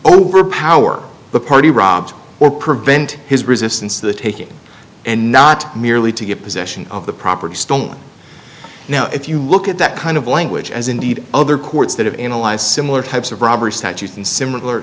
overpower the party robbed or prevent his resistance to the taking and not merely to get possession of the property stolen now if you look at that kind of language as indeed other courts that have analyzed similar types of robbery statutes and similar